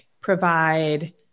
provide